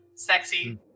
Sexy